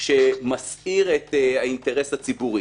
יש לנו מספיק כלים פה כדי להגיע להארכות מאוד ארוכות.